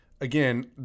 again